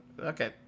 Okay